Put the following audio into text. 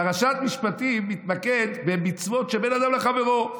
פרשת משפטים מתמקדת במצוות שבין אדם לחברו.